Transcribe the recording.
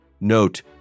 Note